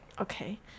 Okay